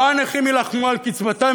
לא הנכים יילחמו על קצבתם,